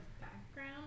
background